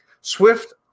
Swift